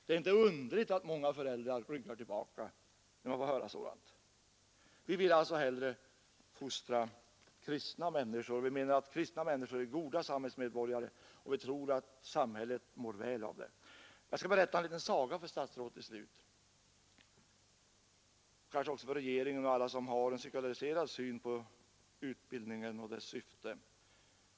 Det är inte underligt att många föräldrar ryggar tillbaka när de får höra sådant. Vi vill hellre fostra kristna människor. Vi menar att kristna människor är goda samhällsmedborgare, och vi tror att samhället mår väl av att ha dem. Jag skall till sist berätta en liten saga för statsrådet — kanske också för resten av regeringen och alla som har en sekulariserad syn på utbildningen och dess syfte.